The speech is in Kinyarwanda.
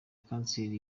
kanseri